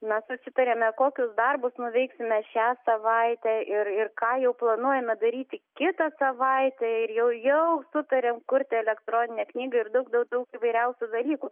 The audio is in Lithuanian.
mes susitarėme kokius darbus nuveiksime šią savaitę ir ir ką jau planuojame daryti kitą savaitę ir jau jau sutarėm kurti elektroninę knygą ir daug daug daug įvairiausių dalykų